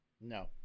No